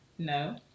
No